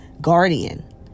guardian